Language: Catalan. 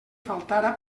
faltara